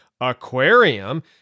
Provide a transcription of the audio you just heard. aquarium